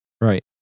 right